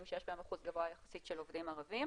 שיש בהם אחוז גבוה יחסית של עובדים ערבים.